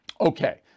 Okay